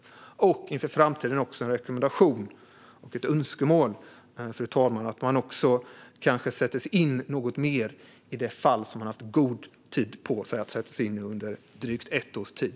Jag har inför framtiden också en rekommendation och ett önskemål, fru talman, och det är att hon sätter sig in något mer i det fall som hon haft god tid på sig att sätta sig in i, under drygt ett års tid.